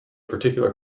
particular